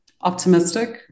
optimistic